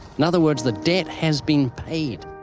in other words, the debt has been paid.